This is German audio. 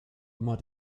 immer